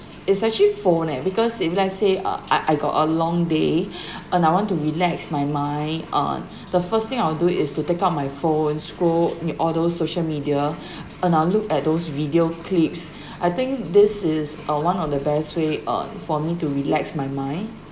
it's actually phone leh because if let's say uh I I got a long day and I want to relax my mind uh the first thing I will do is to take out my phone scroll uh all those social media and I'll look at those video clips I think this is uh one of the best way uh for me to relax my mind